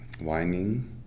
whining